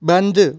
बंद